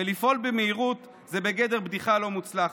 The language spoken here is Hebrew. לפעול במהירות זה בגדר בדיחה לא מוצלחת.